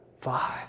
five